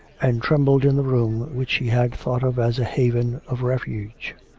and trembled in the room which she had thought of as a haven of refuge.